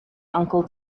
uncle